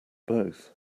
both